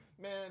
man